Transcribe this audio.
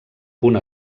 punt